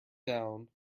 down